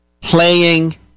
Playing